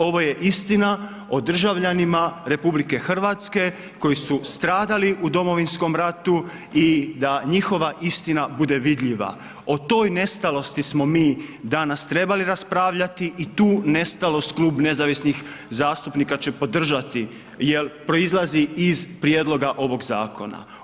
Ovo je istina o državljanima RH koji su stradali u Domovinskom ratu i da njihova istina bude vidljiva, o toj nestalosti smo mi danas trebali raspravljati i tu nestalost Klub nezavisnih zastupnika će podržati jel proizlazi iz prijedloga ovoga zakona.